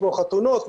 כמו חתונות,